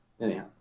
anyhow